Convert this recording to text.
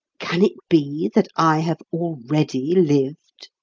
can it be that i have already lived?